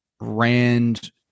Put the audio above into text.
Rand